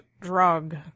drug